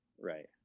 right